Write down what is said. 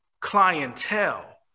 clientele